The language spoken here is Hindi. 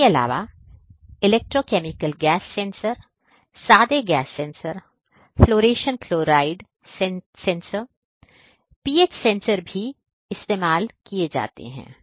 इसके अलावा इलेक्ट्रोकेमिकल गैस सेंसर सादे gas sensor fluorination chloride centre pH sensor भी इस्तेमाल किए जाते हैं